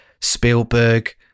Spielberg